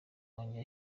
wanjye